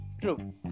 True